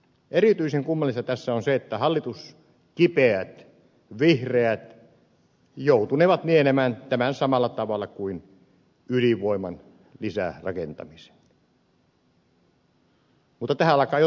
erityisen kummallista tässä on se että hallituskipeät vihreät joutunevat nielemään tämän samalla tavalla kuin ydinvoiman lisärakentamisen mutta tähän alkaa jo tottua